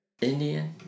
Indian